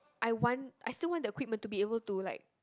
I want I still want the equipment to be able to like